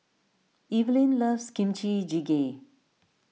Evelyne loves Kimchi Jjigae